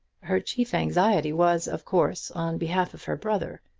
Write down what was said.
her chief anxiety was, of course, on behalf of her brother.